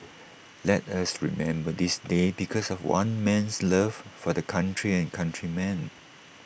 let us remember this day because of one man's love for the country and countrymen